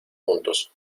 juntos